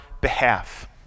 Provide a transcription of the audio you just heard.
behalf